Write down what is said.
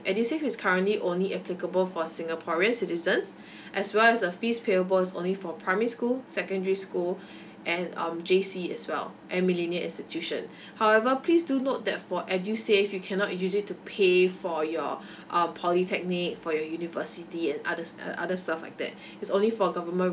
edusave is currently only applicable for singaporean citizens as well as the fees payable is only for primary school secondary school and um J_C as well and millinial institution however please do note that for edusave you cannot use it to pay for your uh polytechnic for your university and others other stuff like that it's only for government